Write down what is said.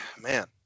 man